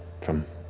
from